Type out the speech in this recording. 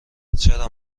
چرا